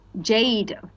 jade